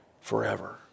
forever